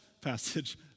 passage